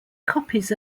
copies